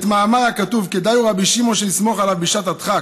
את מאמר הכתוב: "כדאי הוא רבי שמעון שנסמוך עליו בשעת הדחק",